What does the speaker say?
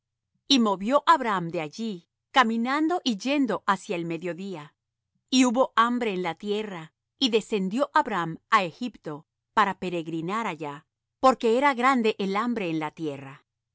y movió abram de allí caminando y yendo hacia el mediodía y hubo hambre en la tierra y descendió abram á egipto para peregrinar allá porque era grande el hambre en la tierra